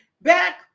back